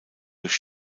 durch